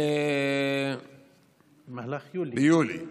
במהלך יולי.